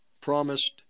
promised